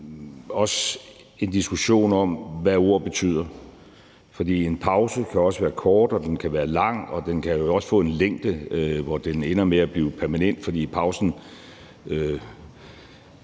lidt en diskussion om, hvad ord betyder. For en pause kan være kort, og den kan være lang, og den kan også få en længde, hvor den ender med at blive permanent, fordi pausen